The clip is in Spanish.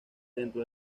dentro